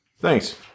Thanks